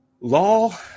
law